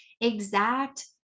exact